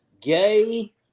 gay